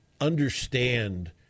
understand